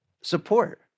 support